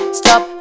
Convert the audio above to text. stop